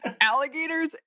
alligators